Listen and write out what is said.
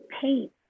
Paint